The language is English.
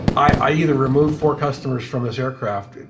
i either remove four customers from this aircraft,